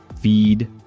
feed